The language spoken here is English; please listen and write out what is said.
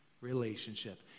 relationship